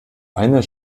einer